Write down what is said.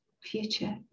future